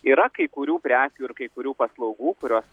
yra kai kurių prekių ir kai kurių paslaugų kurios